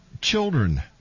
Children